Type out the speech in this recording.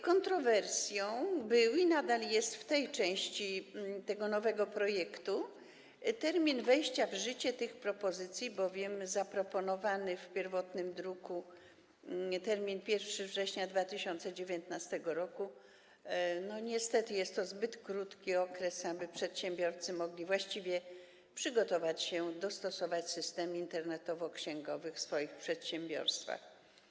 Kontrowersją był i nadal jest w przypadku tej części, tego nowego projektu termin wejścia w życia tych propozycji, bowiem zaproponowany w pierwotnym druku termin 1 września 2019 r. to niestety zbyt krótki okres, aby przedsiębiorcy mogli właściwie przygotować się, dostosować system internetowo-księgowy w swoich przedsiębiorstwach.